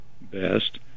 best